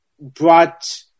brought